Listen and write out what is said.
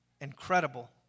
incredible